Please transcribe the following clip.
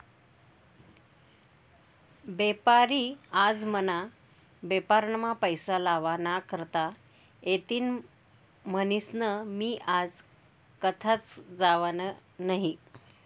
बेपारी आज मना बेपारमा पैसा लावा ना करता येतीन म्हनीसन मी आज कथाच जावाव नही